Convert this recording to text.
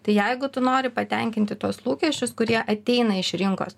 tai jeigu tu nori patenkinti tuos lūkesčius kurie ateina iš rinkos